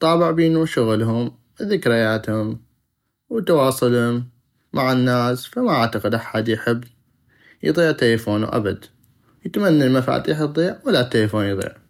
طابع بينو شغلهم وذكرياتهم وتواصلهم مع الناس فما اعتقد احد يحب يضيع تلفونو ابد ويتمنى المفاتيح تضيع ولا التلفون